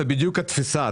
זאת בדיוק התפיסה.